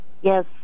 Yes